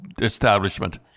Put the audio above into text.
establishment